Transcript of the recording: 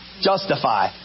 Justify